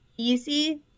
easy